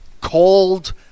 cold